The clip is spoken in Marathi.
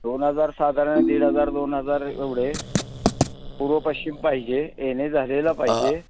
दोन हजार साधारण दीड हजार दोन हजार एवढे पूर्व पश्चिम पाहिजे ए ने झालेलं पाहिजे